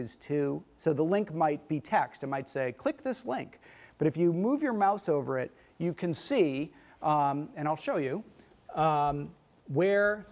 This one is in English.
is too so the link might be text it might say click this link but if you move your mouse over it you can see and i'll show you where